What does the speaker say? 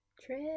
Trip